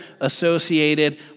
associated